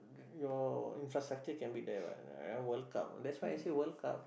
your infrastructure can be there what World-Cup that's why I say World-Cup